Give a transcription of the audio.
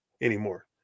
anymore